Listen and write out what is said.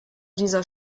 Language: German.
dieser